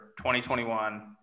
2021